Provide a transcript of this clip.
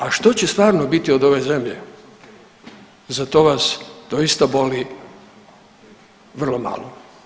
A što će stvarno biti od ove zemlje za to vas doista boli vrlo malo.